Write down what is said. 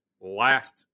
last